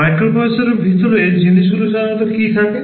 মাইক্রোপ্রসেসরের ভিতরে জিনিসগুলি সাধারণত কী থাকে